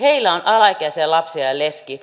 heillä on alaikäisiä lapsia he ovat leskiä